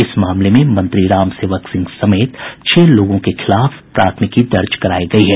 इस मामले में मंत्री रामसेवक सिंह समेत छह लोगों के खिलाफ प्राथमिकी दर्ज करायी गयी है